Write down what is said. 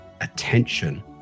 attention